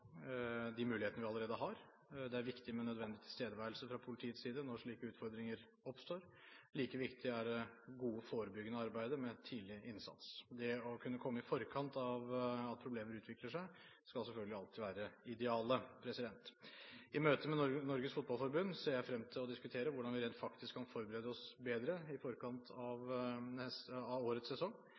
de mulighetene vi allerede har. Det er viktig med nødvendig tilstedeværelse fra politiets side når slike utfordringer oppstår. Like viktig er det gode, forebyggende arbeidet med tidlig innsats. Det å kunne komme i forkant av at problemer utvikler seg, skal selvfølgelig alltid være idealet. I møter med Norges Fotballforbund ser jeg frem til å diskutere hvordan vi rent faktisk kan forberede oss bedre i forkant av årets sesong.